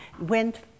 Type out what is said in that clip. went